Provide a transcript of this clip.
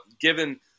given